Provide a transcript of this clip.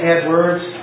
Edwards